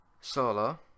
solo